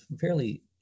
fairly